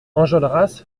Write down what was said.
enjolras